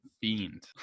fiend